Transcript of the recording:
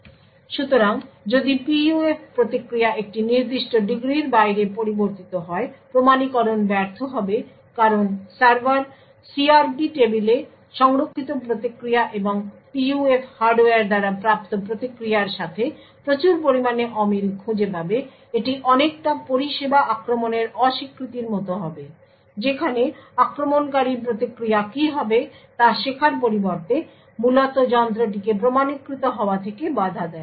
সুতরাং যদি PUF প্রতিক্রিয়া একটি নির্দিষ্ট ডিগ্রির বাইরে পরিবর্তিত হয় প্রমাণীকরণ ব্যর্থ হবে কারণ সার্ভার CRP টেবিলে সংরক্ষিত প্রতিক্রিয়া এবং PUF হার্ডওয়্যার দ্বারা প্রাপ্ত প্রতিক্রিয়ার সাথে প্রচুর পরিমাণে অমিল খুঁজে পাবে এটি অনেকটা পরিষেবা আক্রমণের অস্বীকৃতির মতো হবে যেখানে আক্রমণকারী প্রতিক্রিয়া কি হবে তা শেখার পরিবর্তে মূলত যন্ত্রটিকে প্রমাণীকৃত হওয়া থেকে বাধা দেয়